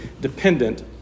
dependent